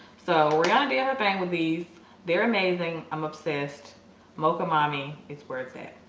so we're gonna be other thing with these they're amazing. i'm obsessed moca mommy it's where it's at.